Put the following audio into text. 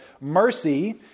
mercy